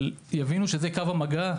אבל יבינו שזה קו המגע,